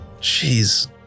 jeez